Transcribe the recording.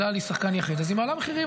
אל על היא שחקן יחיד אז היא מעלה מחירים,